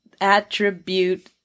attribute